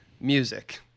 music